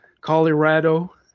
Colorado